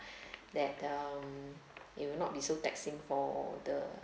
that um you will not be so taxing for the